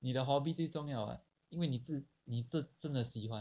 你的 hobby 重要 [what] 因为你自你自己真的喜欢